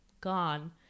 gone